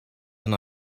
and